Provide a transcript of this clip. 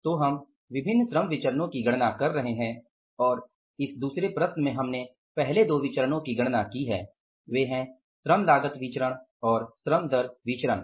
इसलिए हम विभिन्न श्रम विचरणो की गणना कर रहे हैं और इस दुसरे प्रश्न में हमने पहले दो विचरणो की गणना की है वे है श्रम लागत विचरण और श्रम दर विचरण